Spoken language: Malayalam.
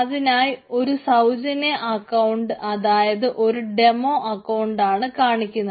അതിനായി ഒരു സൌജന്യ അക്കൌണ്ട് അതായത് ഒരു ഡെമോ അക്കൌണ്ടാണ് കാണിക്കുന്നത്